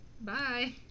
Bye